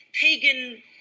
pagan